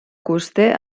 coster